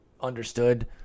understood